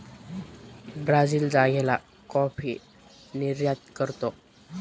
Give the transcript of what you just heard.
Brazil जागेला coffee निर्यात करतो